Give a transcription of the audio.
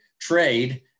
trade